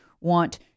want